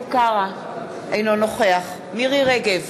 אינו נוכח מירי רגב,